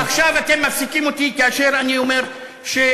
ועכשיו אתם מפסיקים אותי כאשר אני אומר שיריתם.